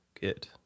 get